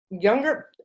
younger